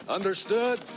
Understood